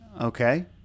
okay